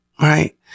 Right